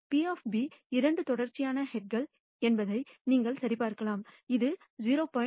P இரண்டு தொடர்ச்சியான ஹெட்கள் என்பதை நீங்கள் சரிபார்க்கலாம் இது 0